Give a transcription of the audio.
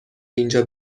اینجا